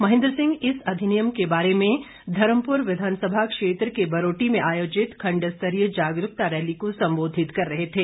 महेंद्र सिंह इस अधिनियम के बारे में धर्मपुर विधासभा क्षेत्र के बरोटी में आयोजित खंड स्तरीय जागरूकता रैली को संबोधित कर रहे थे